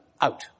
out